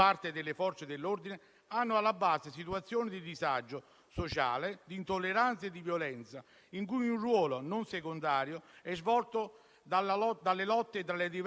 Il ministro Speranza ha affermato che i focolai continueranno e che il virus non poteva sparire e non è sparito. Era prevedibile la ricomparsa di questi piccoli focolai circoscritti: